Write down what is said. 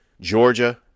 Georgia